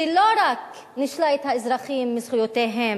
שלא רק נישלה את האזרחים מזכויותיהם,